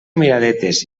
miradetes